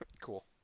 Cool